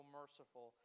merciful